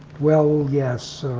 well, yes.